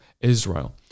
Israel